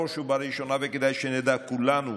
כדאי שנדע כולנו,